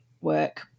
work